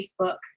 Facebook